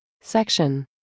Section